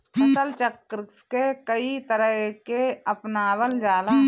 फसल चक्र के कयी तरह के अपनावल जाला?